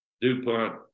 Dupont